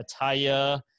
attire